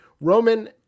Roman